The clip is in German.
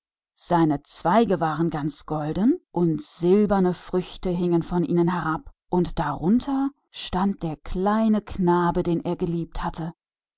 seine äste waren lauter gold und silberne früchte hingen an ihnen und darunter stand der kleine knabe den er so geliebt hatte